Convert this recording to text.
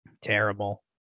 terrible